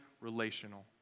relational